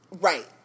Right